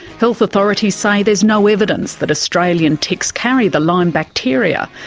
health authorities say there's no evidence that australian ticks carry the lyme bacteria.